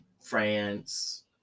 France